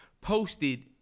posted